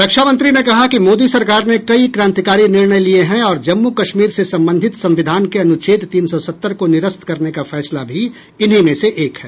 रक्षामंत्री ने कहा कि मोदी सरकार ने कई क्रांतिकारी निर्णय लिये हैं और जम्मू कश्मीर से संबंधित संविधान के अनुच्छेद तीन सौ सत्तर को निरस्त करने का फैसला भी इन्हीं में से एक है